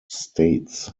states